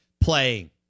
Playing